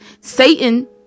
Satan